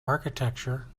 architecture